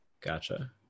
Gotcha